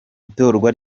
itorwa